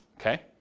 okay